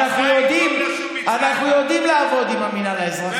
הוא יודע על מה הוא מדבר.